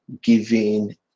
giving